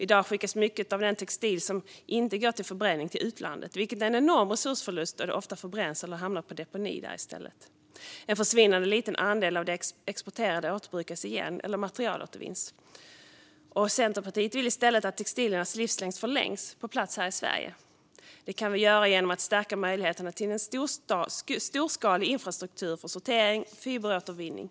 I dag skickas mycket av den textil som inte går till förbränning till utlandet, vilket är en enorm resursförlust då det ofta förbränns eller hamnar på deponi där i stället. En försvinnande liten andel av det exporterade återbrukas igen eller materialåtervinns. Centerpartiet vill i stället att textiliernas livslängd förlängs på plats här i Sverige. Det kan vi göra genom att stärka möjligheterna till en storskalig infrastruktur för sortering och fiberåtervinning.